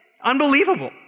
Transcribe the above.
Unbelievable